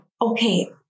okay